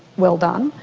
well done.